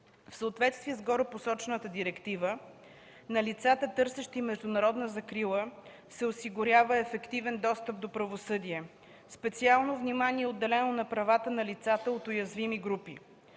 В съответствие с горепосочената директива, на лицата, търсещи международна закрила, се осигурява ефективен достъп до правосъдие. Специално внимание е отделено на правата на лицата от уязвими групи.